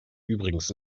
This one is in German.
übrigens